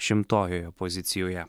šimtojoje pozicijoje